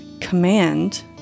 command